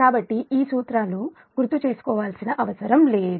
కాబట్టి ఈ సూత్రాలు గుర్తు చేసుకోవాల్సిన అవసరం లేదు